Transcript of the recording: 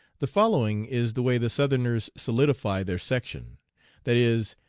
the following is the way the southerners solidify their section that is,